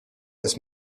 this